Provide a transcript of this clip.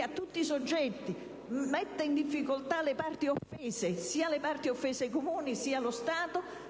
a tutti i soggetti e mette in difficoltà le parti offese: sia le parti offese, comuni sia lo Stato.